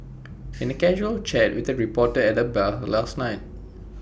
any casual chat with the reporter at the bar last night